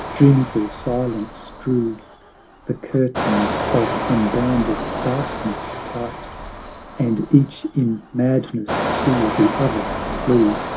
dreamful silence drew the curtains of unbounded darkness tight and each in madness to the other flew,